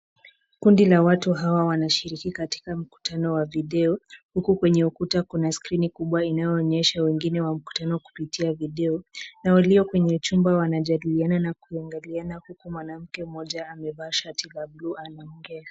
Kundi la watu hawa wanashiriki katika mkutano wa video. Hiku kwenye ukuta kuna skrini kubwa inayoonyesha wengine wa mkutano kupitia video. Walioko kwenye ukumbi wanajadiliana na kuingiliana huku mwanaume mmoja akiwa amevaa suti ya buluu anaongea.